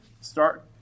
Start